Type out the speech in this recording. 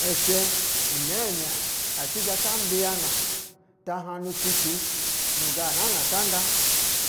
Ishɛ inɛɛ nɛ ati zhɛ ta mbiyana ta hanu tutu, nu gana na tanda,